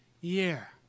year